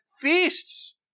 feasts